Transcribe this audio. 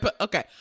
okay